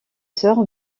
sœurs